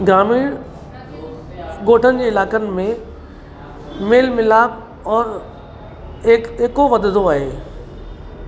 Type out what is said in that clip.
ग्रामीण ॻोठनि जे इलाइक़नि में मेल मिलाप और एक एको वधंदो आहे